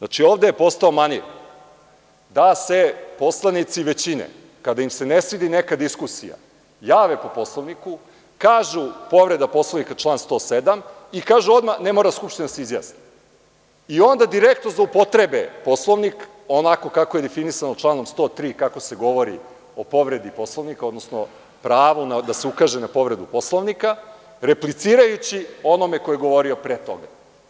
Dakle, ovde je postao manir da se poslanici većine, kada im se ne svidi neka diskusija, jave po Poslovniku, kažu – povreda Poslovnika, član 107. i kažu onda – ne mora Skupština da se izjasni i onda direktno zloupotrebe Poslovnik onako kako je definisano članom 103. kako se govori o povredi Poslovnika, odnosno pravo da se ukaže na povredu Poslovnika, replicirajući onome koji je govorio pre toga.